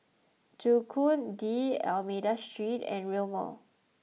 Joo Koon D'almeida Street and Rail Mall